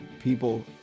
people